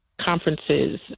conferences